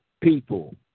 people